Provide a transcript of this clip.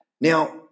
Now